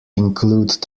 include